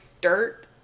dirt